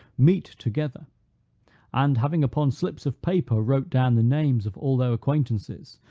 meet together and having upon slips of paper wrote down the names of all their acquaintances,